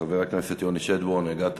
חבר הכנסת יוני שטבון, הגעת